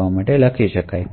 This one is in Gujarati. અને એક્સેસ કરે છે